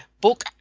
book